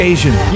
Asian